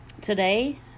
today